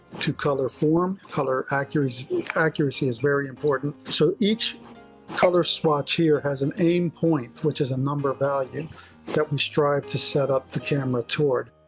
to color form. color accuracy accuracy is very important. so each color swatch here has an end point which is a number value that we try to set up the camera toward.